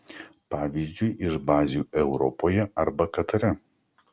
pavyzdžiui iš bazių europoje arba katare